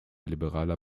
liberaler